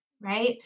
right